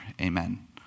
Amen